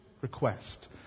request